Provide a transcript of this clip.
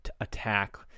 attack